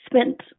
spent